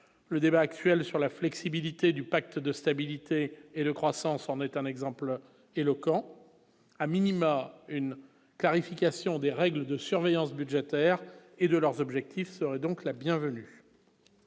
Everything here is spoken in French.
le débat actuel sur la flexibilité du pacte de stabilité et de croissance, en est un exemple éloquent à minima une clarification des règles de surveillance budgétaire et de leurs objectif serait donc la bienvenue.